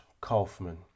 Kaufman